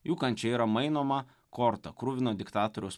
jų kančia yra mainoma korta kruvino diktatoriaus